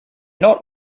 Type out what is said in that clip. not